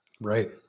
Right